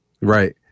Right